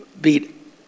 beat